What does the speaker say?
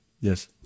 Yes